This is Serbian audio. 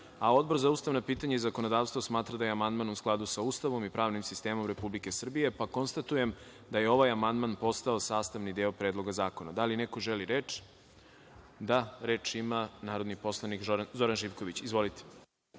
za ustavna pitanja i zakonodavstvo smatra da je amandman u skladu sa Ustavom i pravnim sistemom Republike Srbije. Konstatujem da je ovaj amandman postao sastavni deo Predloga zakona. Da li neko želi reč? Reč ima narodni poslanik Zoran Živković. **Zoran